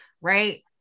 right